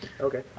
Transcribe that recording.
Okay